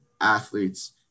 athletes